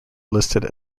listed